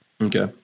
Okay